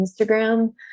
Instagram